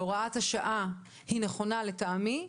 הוראת השעה היא נכונה לטעמי.